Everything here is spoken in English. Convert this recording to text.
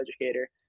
educator